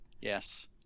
Yes